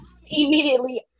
immediately